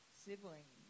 sibling